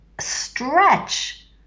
stretch